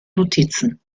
notizen